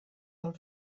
del